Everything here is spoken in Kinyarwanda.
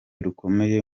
rukomeye